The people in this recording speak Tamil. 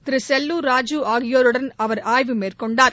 திரு செல்லூர் ராஜூ ஆகியோருடன் அவர் ஆய்வு மேற்கொண்டார்